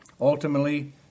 ultimately